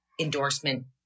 endorsement